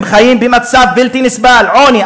הם חיים במצב בלתי נסבל: עוני,